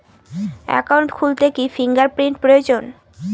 Account খুলতে কি fingerprint প্রয়োজন?